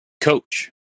coach